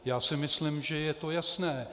Já si myslím, že je to jasné.